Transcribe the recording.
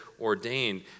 ordained